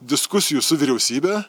diskusijų su vyriausybe